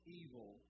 evil